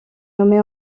nommée